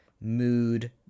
mood